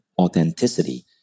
authenticity